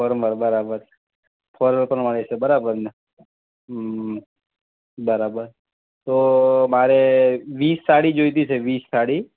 formal બરાબર formal પણ મળે છે બરાબર ને હં બરાબર તો મારે વીસ સાડી જોઈતી છે વીસ સાડી